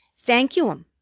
thank you, m,